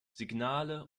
signale